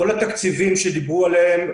כל התקציבים שדיברו עליהם,